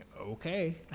okay